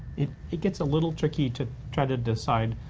it it gets a little tricky to try to decide